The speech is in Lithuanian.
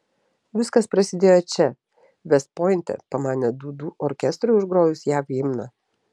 viskas prasidėjo čia vest pointe pamanė dūdų orkestrui užgrojus jav himną